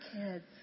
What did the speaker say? kids